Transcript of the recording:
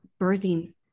birthing